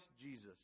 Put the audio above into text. Jesus